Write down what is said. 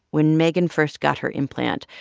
when megan first got her implant,